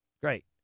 great